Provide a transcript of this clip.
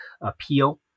appeal